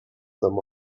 them